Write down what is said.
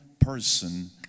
person